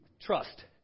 Trust